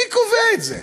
מי קובע את זה?